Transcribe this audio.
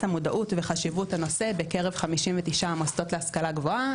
המודעות וחשיבות הנושא בקרב 59 מוסדות להשכלה גבוהה.